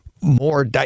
more